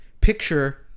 picture